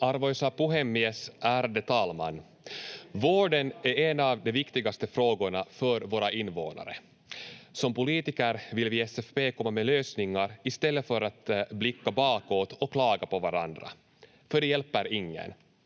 Arvoisa puhemies, ärade talman! Vården är en av de viktigaste frågorna för våra invånare. Som politiker vill vi i SFP komma med lösningar i stället för att blicka bakåt och klaga på varandra, för det hjälper ingen,